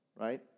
right